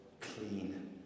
clean